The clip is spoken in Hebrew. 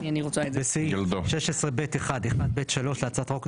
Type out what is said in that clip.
בסעיף 16(ב1)(1)(ב)(3) להצעת החוק,